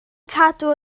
cadw